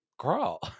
girl